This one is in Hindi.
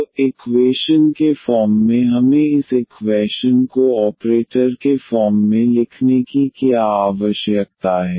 तो इक्वेशन के फॉर्म में हमें इस इक्वैशन को ऑपरेटर के फॉर्म में लिखने की क्या आवश्यकता है